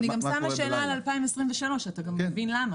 ביום שבו